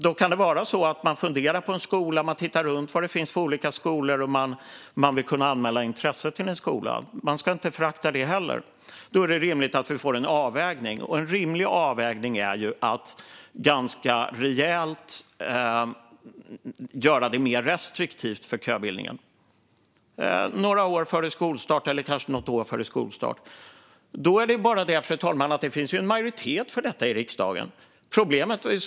Då kan det vara så att man funderar på en skola; man tittar runt och ser vad det finns för olika skolor och vill kunna anmäla intresse till en skola. Vi ska inte förakta det heller. Då är det rimligt att vi får till en avvägning, och en rimlig avvägning är att göra reglerna för köbildningen ganska rejält mer restriktiva. Några år eller kanske något år före skolstart får man börja köa. Det är bara det, fru talman, att det finns en majoritet för detta i riksdagen.